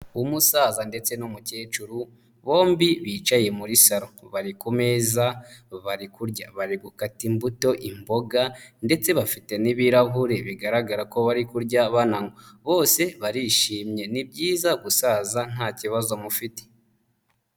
Umusaza ndetse n'umukecuru bombi bicaye muri salo bari kumeza bari kurya, bari gukata imbuto, imboga ndetse bafite n'ibirahure bigaragara ko bari kurya, banywa bose barishimye, ni byiza gusaza ntabazo mufite.